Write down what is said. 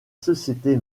société